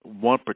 one